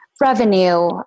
Revenue